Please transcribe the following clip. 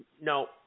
No